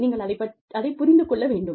நீங்கள் அதைப் புரிந்து கொள்ள வேண்டும்